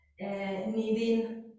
needing